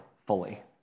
fully